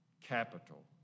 capital